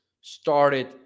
started